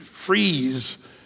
Freeze